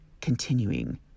continuing